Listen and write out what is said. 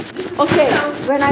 this is this sounds too